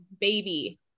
baby